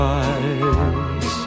eyes